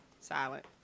silent